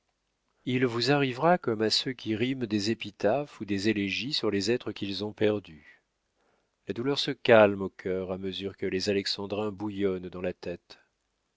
il vous arrivera comme à ceux qui riment des épitaphes ou des élégies sur des êtres qu'ils ont perdus la douleur se calme au cœur à mesure que les alexandrins bouillonnent dans la tête